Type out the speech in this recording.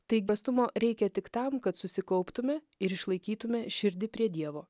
tai bastumo reikia tik tam kad susikauptumėm ir išlaikytumėme širdį prie dievo